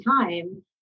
time